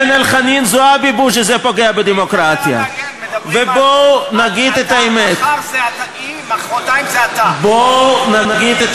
שזאת בושה וחרפה שהמחוקק אמר את